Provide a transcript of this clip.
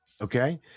Okay